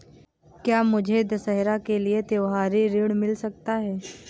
क्या मुझे दशहरा के लिए त्योहारी ऋण मिल सकता है?